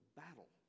battle